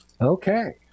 Okay